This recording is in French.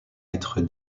être